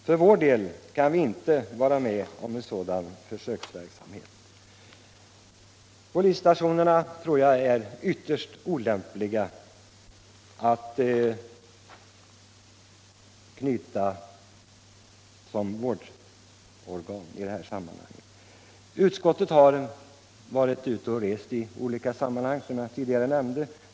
För vår det kan vi inte vara med om detta: Polisstationerna tror jag är ytterst olämpliga som vårdorgan i det här sammanhanget. | Som jag tidigare nämnde, har utskottet varit ute och rest en del.